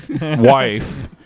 wife